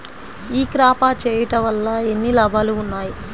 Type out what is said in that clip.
ఈ క్రాప చేయుట వల్ల ఎన్ని లాభాలు ఉన్నాయి?